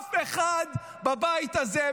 אף אחד בבית הזה,